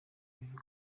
bivuze